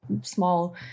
small